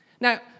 Now